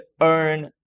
earn